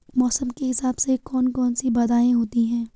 मौसम के हिसाब से कौन कौन सी बाधाएं होती हैं?